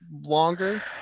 longer